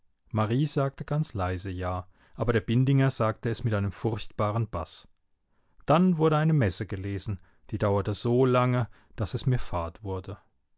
marie sagte ganz leise ja aber der bindinger sagte es mit einem furchtbaren baß dann wurde eine messe gelesen die dauerte so lange daß es mir fad wurde